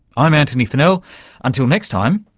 i'm antony funnell, until next time,